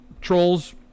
trolls